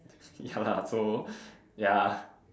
ya lah so ya